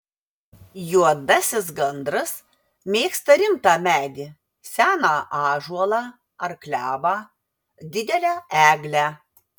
juodasis gandras mėgsta rimtą medį seną ąžuolą ar klevą didelę eglę